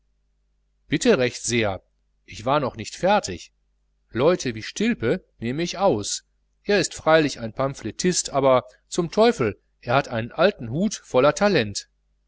bitte recht sehr ich war noch nicht fertig leute wie stilpe nehme ich aus er ist freilich ein pamphletist aber zum teufel er hat einen alten hut voll talent